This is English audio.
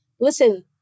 Listen